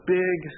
big